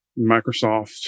Microsoft